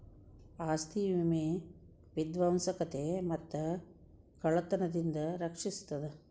ಆಸ್ತಿ ವಿಮೆ ವಿಧ್ವಂಸಕತೆ ಮತ್ತ ಕಳ್ತನದಿಂದ ರಕ್ಷಿಸ್ತದ